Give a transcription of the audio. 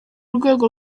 rwego